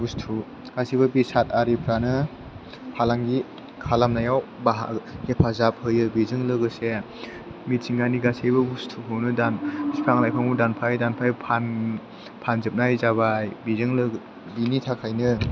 बुस्तु गासैबो बेसाद आरिफ्रानो फालांगि खालामनायाव हेफाजाब होयो बेजों लोगोसे मिथिंगानि गासैबो बुस्तुखौनो दा फिफां लाइफांखौ दानफाय दानफाय फानजोबनाय जाबाय बिजों लोगो बिनि थाखायनो